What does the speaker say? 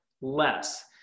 less